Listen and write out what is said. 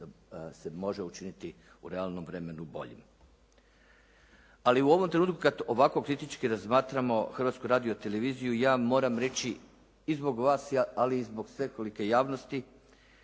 se može učiniti u realnom vremenu boljim. Ali u ovom trenutku kada ovako kritički razmatramo Hrvatsku radioteleviziju ja moram reći i zbog vas ali i zbog svekolike javnosti,